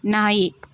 ನಾಯಿ